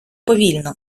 повільно